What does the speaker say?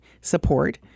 support